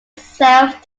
self